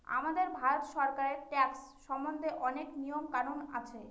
আমাদের ভারত সরকারের ট্যাক্স সম্বন্ধে অনেক নিয়ম কানুন আছে